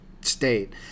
State